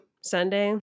Sunday